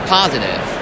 positive